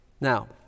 Now